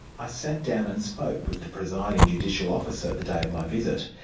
i sat down and spoke with the presiding judicial officer the day of my visit.